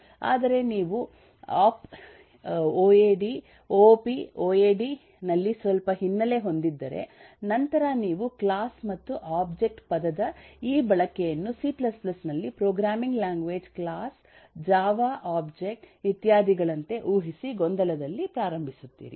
ಆದರೆ ನೀವು ಆಪ್ ಒ ಎ ಡಿ ನಲ್ಲಿ ಸ್ವಲ್ಪ ಹಿನ್ನೆಲೆ ಹೊಂದಿದ್ದರೆ ನಂತರ ನೀವು ಕ್ಲಾಸ್ ಮತ್ತು ಒಬ್ಜೆಕ್ಟ್ ಪದದ ಈ ಬಳಕೆಯನ್ನು ಸಿ C ನಲ್ಲಿ programming language class Java object ಇತ್ಯಾದಿಗಳಂತೆ ಊಹಿಸಿ ಗೊಂದಲದಲ್ಲಿ ಪ್ರಾರಂಭಿಸುತ್ತೀರಿ